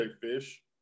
Fish